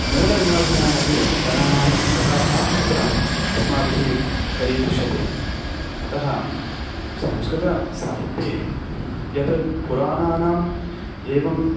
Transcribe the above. मूलनिवासिनामपि जनानां कथाः तत्र अस्माभिः दरीदृश्यन्ते अतः संस्कृतसाहित्ये यत् पुराणानाम् एवं